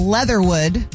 Leatherwood